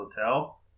hotel